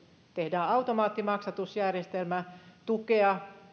tehdään automaattimaksatusjärjestelmä tukea